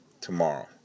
tomorrow